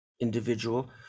individual